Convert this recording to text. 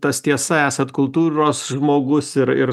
tas tiesa esat kultūros žmogus ir ir